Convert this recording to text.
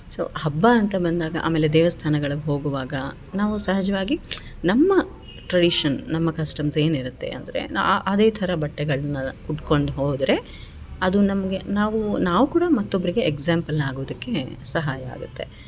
so ಹಬ್ಬ ಅಂತ ಬಂದಾಗ ಆಮೇಲೆ ದೇವಸ್ಥಾನಗಳಿಗ್ ಹೋಗುವಾಗ ನಾವು ಸಹಜವಾಗಿ ನಮ್ಮ ಟ್ರಡಿಷನ್ ನಮ್ಮ ಕಸ್ಟಮ್ಸ್ ಏನು ಇರುತ್ತೆ ಅಂದ್ರೆ ಅದೇ ಥರ ಬಟ್ಟೆಗಳನ್ನ ಉಟ್ಕೊಂಡು ಹೋದರೆ ಅದು ನಮಗೆ ನಾವು ನಾವು ಕೂಡ ಮತ್ತೊಬ್ಬರಿಗೆ ಎಕ್ಸಾಂಪಲ್ ಆಗೊದಕ್ಕೆ ಸಹಾಯ ಆಗುತ್ತೆ